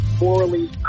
morally